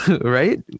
Right